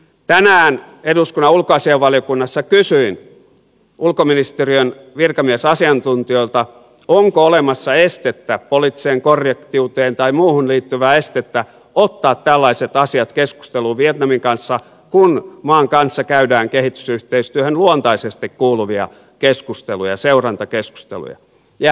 tänään eduskunnan ulkoasiainvaliokunnassa kysyin ulkoministeriön virkamiesasiantuntijoilta onko olemassa estettä poliittiseen korrektiuteen tai muuhun liittyvää estettä ottaa tällaiset asiat keskusteluun vietnamin kanssa kun maan kanssa käydään kehitysyhteistyöhön luontaisesti kuuluvia keskusteluja ja seurantakeskusteluja